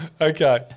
Okay